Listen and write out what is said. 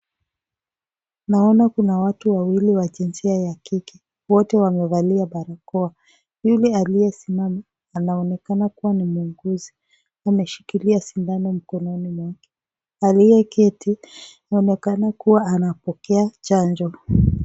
Naona Kuna watu wawili wote wa jinsia ya kike wakiwa wamevalia barakoa. yule aliyesimama anaonekana ni mhuguzi ameshikilia shindano mikononi mwake. Aliyeketi anaonekana kuwa anapokea chanjo.